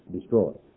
destroyed